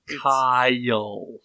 Kyle